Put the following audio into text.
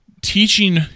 teaching